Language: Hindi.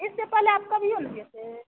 इससे पहले आप कभियो नहिए थे